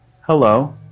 Hello